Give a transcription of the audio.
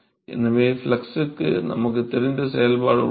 எனவே ஃப்ளக்ஸ்க்கு நமக்குத் தெரிந்த செயல்பாடு உள்ளது